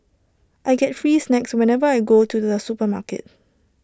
I get free snacks whenever I go to the supermarket